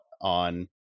on